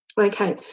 Okay